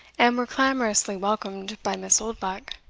and were clamorously welcomed by miss oldbuck.